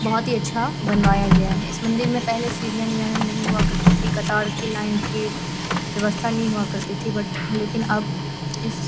बहुत ही अच्छा बनवाया गया है इस मन्दिर में पहले सीढ़ियाँ नहीं हुआ करती थीं कतार की लाइन की व्यवस्था नहीं हुआ करती थी बट लेकिन अब इस